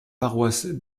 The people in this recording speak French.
paroisse